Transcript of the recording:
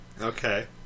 Okay